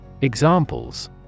Examples